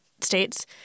states